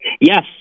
Yes